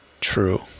True